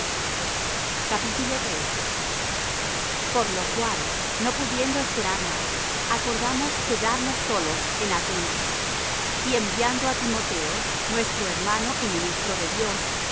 y gozo por lo cual no pudiendo esperar más acordamos quedarnos solos en atenas y enviamos á timoteo nuestro hermano y ministro de dios